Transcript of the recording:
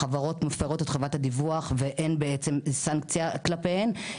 חברות מפרות את חובת הדיווח ואין בעצם סנקציה כלפיהן.